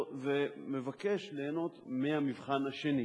ומבקש ליהנות מהמבחן השני,